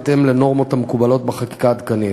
בהתאם לנורמות המקובלות בחקיקה עדכנית.